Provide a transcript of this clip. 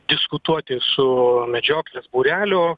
diskutuoti su medžioklės būrelio